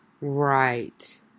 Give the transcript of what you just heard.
Right